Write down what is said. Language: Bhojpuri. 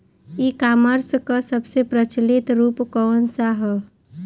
ई कॉमर्स क सबसे प्रचलित रूप कवन सा ह?